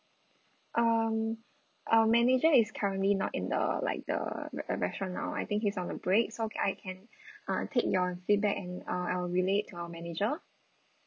um our manager is currently not in the like the re~ restaurant now I think he's on a break so I can uh take your feedback and uh I'll relay it to our manager